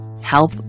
help